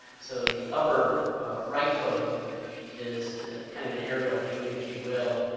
so the upper right photo is kind of an aerial view, if you will,